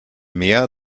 mehr